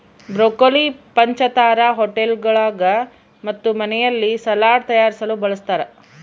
broccoli ಪಂಚತಾರಾ ಹೋಟೆಳ್ಗುಳಾಗ ಮತ್ತು ಮನೆಯಲ್ಲಿ ಸಲಾಡ್ ತಯಾರಿಸಲು ಬಳಸತಾರ